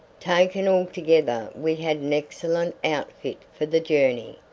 taken altogether we had an excellent outfit for the journey,